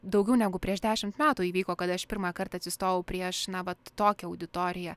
daugiau negu prieš dešimt metų įvyko kada aš pirmąkart atsistojau prieš na vat tokią auditoriją